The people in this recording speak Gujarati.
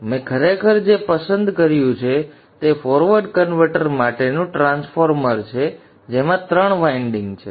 તેથી મેં ખરેખર જે પસંદ કર્યું છે તે ફોરવર્ડ કન્વર્ટર માટેનું ટ્રાન્સફોર્મર છે જેમાં ત્રણ વાઇન્ડિંગ્સ છે